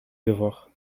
devoir